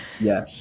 Yes